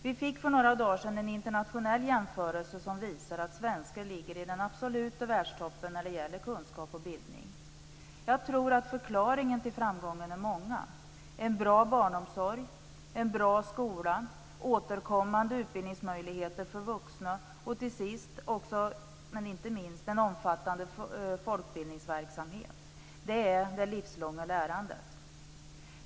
Vi fick för ett par dagar sedan en internationell jämförelse som visar att svenskar ligger i den absoluta världstoppen när det gäller kunskap och bildning. Jag tror att förklaringarna till framgången är många, bl.a. en bra barnomsorg, en bra skola, återkommande utbildningsmöjligheter för vuxna och till sist, men inte minst: en omfattande folkbildningsverksamhet. Det är det livslånga lärandet.